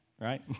right